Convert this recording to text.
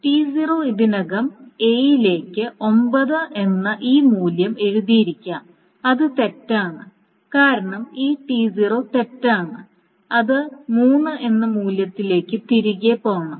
T0 ഇതിനകം A ലേക്ക് 9 എന്ന ഈ മൂല്യം എഴുതിയിരിക്കാം അത് തെറ്റാണ് കാരണം ഈ T0 തെറ്റാണ് അത് 3 എന്ന മൂല്യത്തിലേക്ക് തിരികെ പോണം